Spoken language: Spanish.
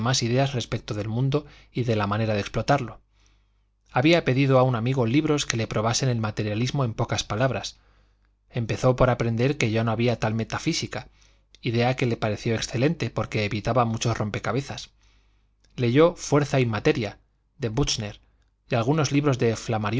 ideas respecto del mundo y la manera de explotarlo había pedido a un amigo libros que le probasen el materialismo en pocas palabras empezó por aprender que ya no había tal metafísica idea que le pareció excelente porque evitaba muchos rompecabezas leyó fuerza y materia de buchner y algunos libros de